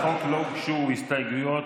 לחוק לא הוגשו הסתייגויות,